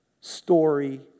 story